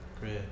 great